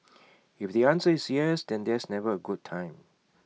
if the answer is yes then there's never A good time